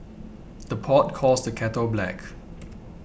the pot calls the kettle black